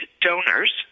donors